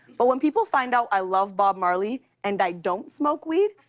but when people find out i love bob marley and i don't smoke weed,